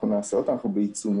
אנחנו נעשה אותו, אנחנו בעיצומו.